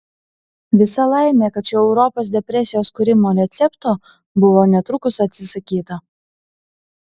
visa laimė kad šio europos depresijos kūrimo recepto buvo netrukus atsisakyta